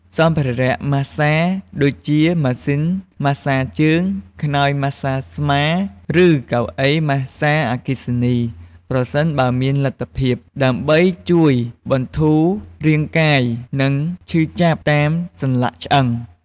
សម្ភារៈម៉ាស្សា ដូចជាម៉ាស៊ីនម៉ាស្សាជើង ខ្នើយម៉ាស្សាស្មា ឬកៅអីម៉ាស្សាអគ្គិសនី (ប្រសិនបើមានលទ្ធភាព) ដើម្បីជួយបន្ធូររាងកាយ និងឈឺចាប់តាមសន្លាក់ឆ្អឹង។